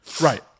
Right